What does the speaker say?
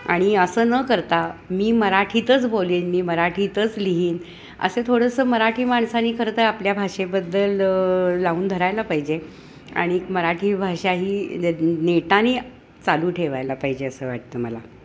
आणि असं न करता मी मराठीतच बोलेन मी मराठीतच लिहीन असं थोडंसं मराठी माणसांनी खरंतर आपल्या भाषेबद्दल लावून धरायला पाहिजे आणि मराठी भाषा ही नेटाने चालू ठेवायला पाहिजे असं वाटतं मला